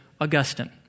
Augustine